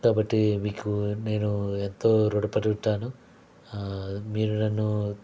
కాబట్టి మీకు నేను ఎంతో రుణపడి ఉంటాను మీరు నన్ను